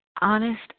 honest